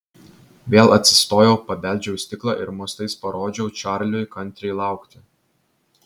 vėl atsistojau pabeldžiau į stiklą ir mostais parodžiau čarliui kantriai laukti